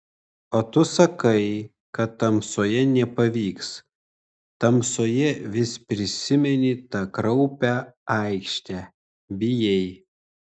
o tu sakai kad tamsoje nepavyks tamsoje vis prisimeni tą kraupią aikštę bijai